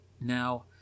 Now